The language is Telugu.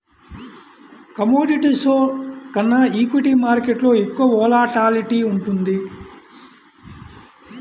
కమోడిటీస్లో కన్నా ఈక్విటీ మార్కెట్టులో ఎక్కువ వోలటాలిటీ ఉంటుంది